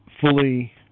fully